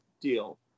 deal